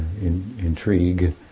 Intrigue